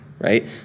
right